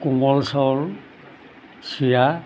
কোমল চাউল চিৰা